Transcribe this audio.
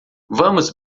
vamos